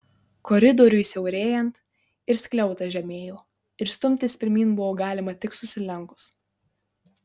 koridoriui siaurėjant ir skliautas žemėjo ir stumtis pirmyn buvo galima tik susilenkus